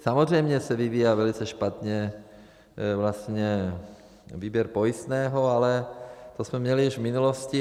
Samozřejmě se vyvíjel velice špatně výběr pojistného, ale to jsme měli už v minulosti.